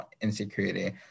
insecurity